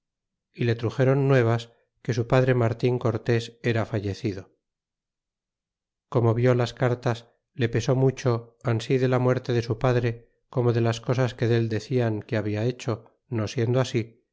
y le truxeron nuevas que su padre martin cortés era fallecido y como vió las cartas le pesó mucho ansi de la muerte de su padre como de las cosas que del decian que habia hecho no siendo ansi